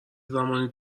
زمانی